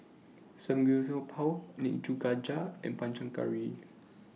Samgyeopsal Nikujaga and Panang Curry